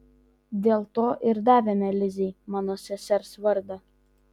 dėl to ir davėme lizei mano sesers vardą